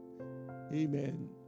Amen